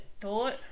thought